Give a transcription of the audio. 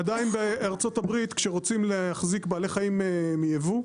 עדיין בארצות הברית כשרוצים להחזיק בעלי חיים מיבוא,